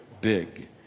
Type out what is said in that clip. big